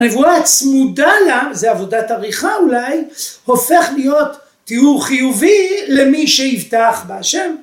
נבואה צמודה לה, זה עבודת עריכה אולי, הופך להיות תיאור חיובי למי שיבטח בהשם.